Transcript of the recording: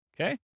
Okay